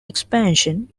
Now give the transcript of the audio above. expansion